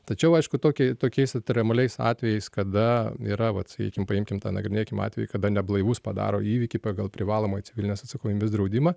tačiau aišku tokiai tokiais ekstremaliais atvejais kada yra vat sakykim paimkim panagrinėkim atvejį kada neblaivus padaro įvykį pagal privalomą civilinės atsakomybės draudimą